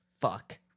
Fuck